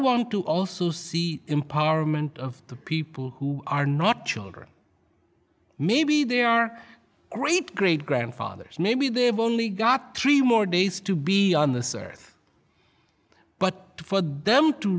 want to also see empowerment of the people who are not children maybe they are great great grandfathers maybe they've only got three more days to be on the surface but for them to